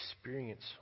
experience